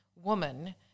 woman